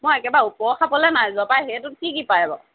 মই একেবাৰে ওপৰ খাপলৈ নাই যোৱা পায় সেইটোত কি কি পায় বাৰু